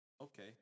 okay